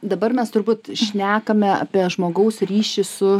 dabar mes turbūt šnekame apie žmogaus ryšį su